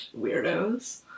weirdos